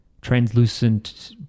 translucent